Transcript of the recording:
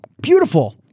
beautiful